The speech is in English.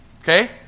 Okay